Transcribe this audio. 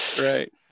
Right